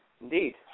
Indeed